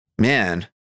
Man